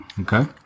okay